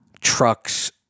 trucks